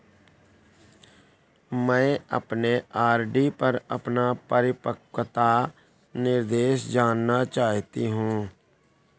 मैं अपने आर.डी पर अपना परिपक्वता निर्देश जानना चाहती हूँ